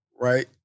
right